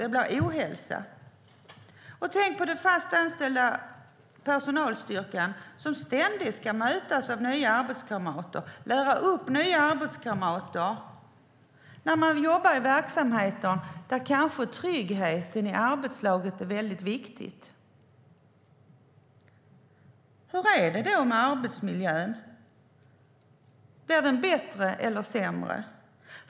Det blir ohälsa. Tänk också på den fast anställda personalstyrkan, som ständigt ska mötas av nya arbetskamrater och lära upp dem. Man jobbar kanske dessutom i verksamheter där tryggheten i arbetslaget är väldigt viktig. Hur är det då med arbetsmiljön - blir den bättre eller sämre?